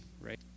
right